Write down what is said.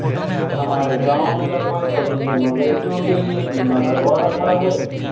हमारे गांव में लगभग सभी ने मवेशियों के लिए बीमा करवा रखा है